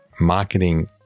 marketing